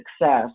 success